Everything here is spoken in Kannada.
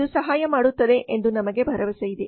ಇದು ಸಹಾಯ ಮಾಡುತ್ತದೆ ಎಂದು ನಮಗೆ ಭರವಸೆ ಇದೆ